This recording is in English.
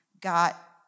got